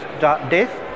death